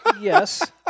yes